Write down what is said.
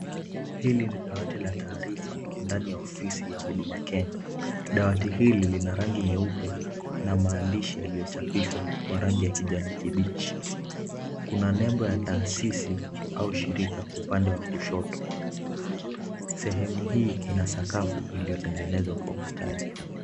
Hili ni dawati la taarifa ndani ya ofisi ya huduma Kenya. Dawati hili lina rangi nyeupe na maandishi yaliochapishiwa kwa rangi ya kijani kibichi. Kuna nembo ya taasisi au shirika upande wa kushoto. Sehemu hii ina sakafu ilio tengenezwa kwa ustadi.